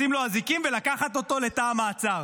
לשים לו אזיקים ולקחת אותו לתא מעצר.